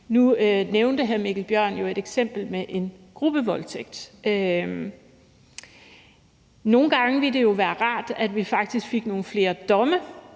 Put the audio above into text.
Nu nævnte hr. Mikkel Bjørn et eksempel med en gruppevoldtægt. Nogle gange ville det jo være rart, at vi faktisk fik nogle flere domme